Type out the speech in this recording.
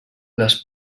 les